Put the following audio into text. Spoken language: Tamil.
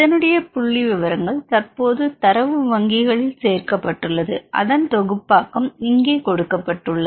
இதனுடைய புள்ளி விபரங்கள் தற்போது தரவு வங்கிகளில் சேர்க்கப்பட்டுள்ளது அதன் தொகுப்பாக்கம் இங்கே கொடுக்கப்பட்டுள்ளது